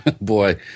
Boy